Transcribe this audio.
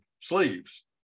sleeves